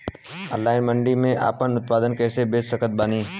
Online मंडी मे आपन उत्पादन कैसे बेच सकत बानी?